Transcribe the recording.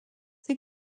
they